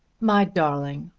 my darling,